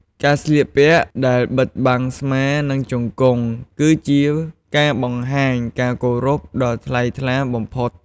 ការស្លៀកពាក់ដែល បិទបាំងស្មា និងជង្គង់ គឺជាការបង្ហាញការគោរពដ៏ថ្លៃថ្លាបំផុត។